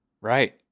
right